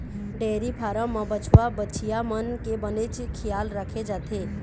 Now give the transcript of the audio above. dairy farm म बछवा, बछिया मन के बनेच खियाल राखे जाथे